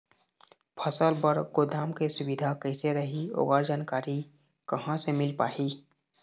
फसल बर गोदाम के सुविधा कैसे रही ओकर जानकारी कहा से मिल पाही?